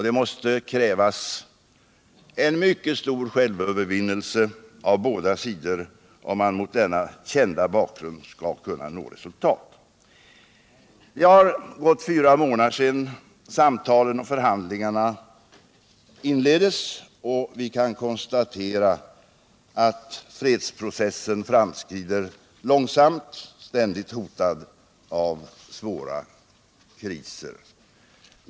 Det måste krävas en mycket stor självövervinnelse av båda sidor om man mot denna kända bakgrund skall kunna nå resultat. Det har nu gått fyra månader sedan samtalen och förhandlingarna inleddes, och vi kan konstatera att fredsprocessen framskrider långsamt, ständigt hotad av svåra kriser.